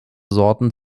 sorten